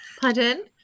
Pardon